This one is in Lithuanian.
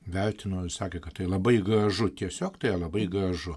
vertino ir sakė kad tai labai gražu tiesiog tai yra labai gražu